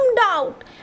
out